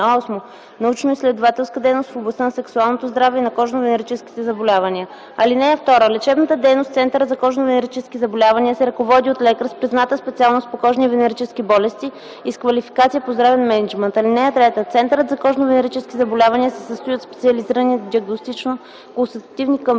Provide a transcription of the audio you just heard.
научно-изследователска дейност в областта на сексуалното здраве и на кожно-венерическите заболявания. (2) Лечебната дейност в центъра за кожно-венерически заболявания се ръководи от лекар с призната специалност по кожни и венерически болести и с квалификация по здравен мениджмънт. (3) Центърът за кожно-венерически заболявания се състои от специализирани диагностично-консултативни кабинети